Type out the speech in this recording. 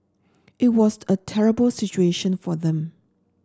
it was a terrible situation for them